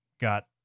got